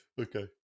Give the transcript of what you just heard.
Okay